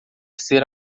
ser